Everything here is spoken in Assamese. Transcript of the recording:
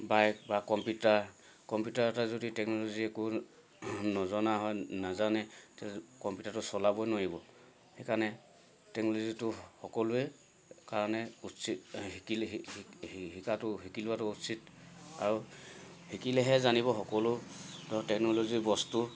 বাইক বা কম্পিউটাৰ কম্পিউটাৰ এটা যদি টেকন'লজি একো নজনা হয় নাজানে তেতিয়াতো কম্পিউটাৰটো চলাবই নোৱাৰিব সেইকাৰণে টেকন'লজিটো সকলোৱে কাৰণে উচিত শিকাটো শিকিলোৱাটো উচিত আৰু শিকিলেহে জানিব সকলো ধৰক টেকন'লজিৰ বস্তু